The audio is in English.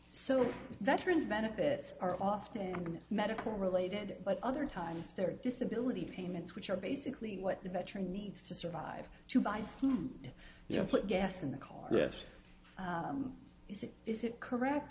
veterans benefits are often medical related but other times they're disability payments which are basically what the veteran needs to survive to buy food you know put gas in the car yes this is correct